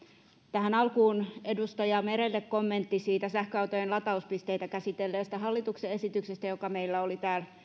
tähän alkuun edustaja merelle kommentti siitä sähköautojen latauspisteitä käsitelleestä hallituksen esityksestä joka meillä oli täällä